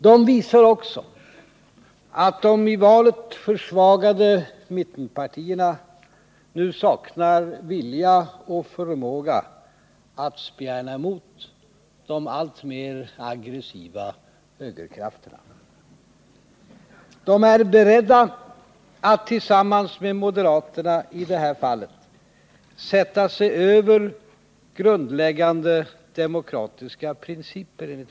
De visar också att de i valet försvagade mittenpartierna nu saknar vilja och förmåga att spjärna emot de alltmer aggressiva högerkrafterna och att de är beredda att som i det här fallet tillsammans med moderaterna sätta sig över enligt vår mening grundläggande demokratiska principer.